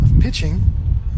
pitching